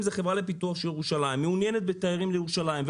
החברה לפיתוח ירושלים מעוניינת בתיירים לירושלים,